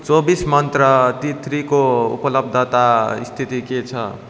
चौबिस मन्त्र तित्रीको उपलब्धता स्थिति के छ